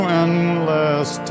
endless